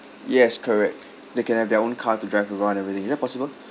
yes correct they can have their own car to drive around everything is that possible